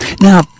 Now